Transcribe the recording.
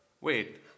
Wait